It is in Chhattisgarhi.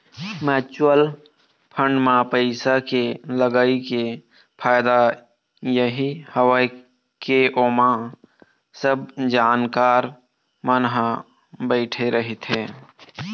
म्युचुअल फंड म पइसा के लगई के फायदा यही हवय के ओमा सब जानकार मन ह बइठे रहिथे